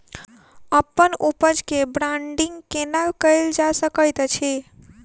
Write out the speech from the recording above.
अप्पन उपज केँ ब्रांडिंग केना कैल जा सकैत अछि?